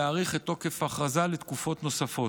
להאריך את תוקף ההכרזה לתקופות נוספות.